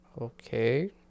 okay